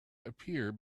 appear